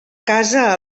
casa